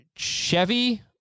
Chevy